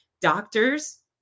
Doctors